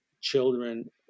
children